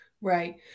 Right